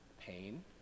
pain